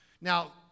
Now